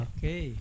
Okay